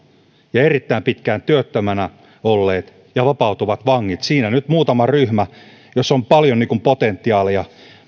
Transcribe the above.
erittäin pitkään työttömänä olleet ja vapautuvat vangit siinä nyt muutama ryhmä joissa on paljon potentiaalia